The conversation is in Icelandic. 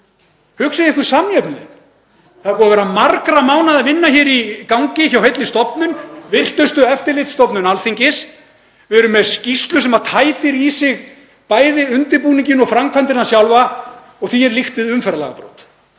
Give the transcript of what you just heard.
Hugsið ykkur samjöfnuðinn. Það er búið að vera margra mánaða vinna í gangi hjá heilli stofnun, virtustu eftirlitsstofnun Alþingis. Við erum með skýrslu sem tætir í sig bæði undirbúninginn og framkvæmdina sjálfa og því er líkt við umferðarlagabrot.